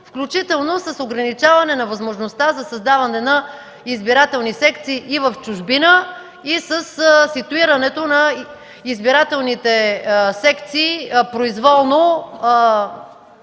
включително с ограничаване на възможността за създаване на избирателни секции и в чужбина, и със ситуирането на избирателните секции произволно,